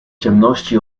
ciemności